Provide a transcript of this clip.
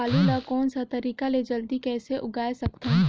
आलू ला कोन सा तरीका ले जल्दी कइसे उगाय सकथन?